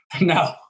no